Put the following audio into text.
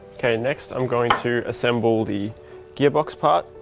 okay next i'm going to assemble the gearbox part.